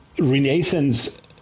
Renaissance